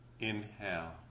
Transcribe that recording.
Inhale